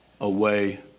away